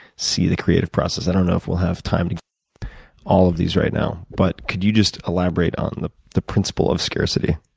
c the creative process. i don't know if we'll have time for all of these right now but could you just elaborate on and the the principle of scarcity?